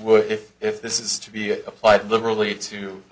would if if this is to be applied liberally to